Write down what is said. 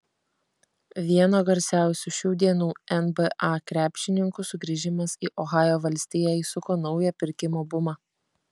vieno garsiausių šių dienų nba krepšininkų sugrįžimas į ohajo valstiją įsuko naują pirkimo bumą